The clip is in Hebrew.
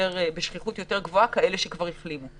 בשכיחות יותר גבוהה כאלה שכבר החלימו.